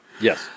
yes